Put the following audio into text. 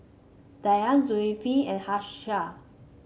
Dian Zulkifli and Hafsa